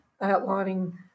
outlining